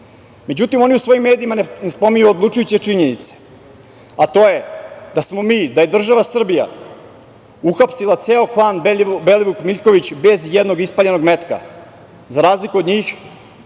on je u svojim medijima spominjao odlučujuće činjenice, a to je da smo mi, da je država Srbija uhapsila ceo klan Belivuk-Miljković bez ijednog ispaljenog metka za razliku od njih